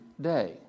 day